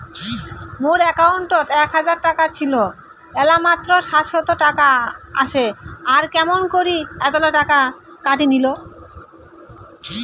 মোর একাউন্টত এক হাজার টাকা ছিল এলা মাত্র সাতশত টাকা আসে আর কেমন করি এতলা টাকা কাটি নিল?